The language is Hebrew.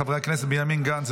חבר הכנסת בנימין גנץ,